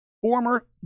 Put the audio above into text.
former